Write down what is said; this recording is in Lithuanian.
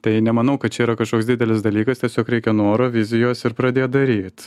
tai nemanau kad čia yra kažkoks didelis dalykas tiesiog reikia noro vizijos ir pradėt daryt